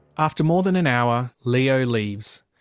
after more than an hour, leo leaves.